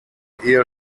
ehe